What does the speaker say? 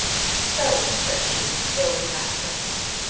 so! said she, throwing back her head,